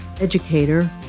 educator